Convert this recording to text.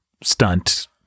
stunt